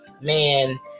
Man